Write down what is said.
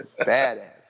Badass